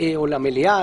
או למליאה.